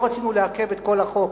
לא רצינו לעכב את כל החוק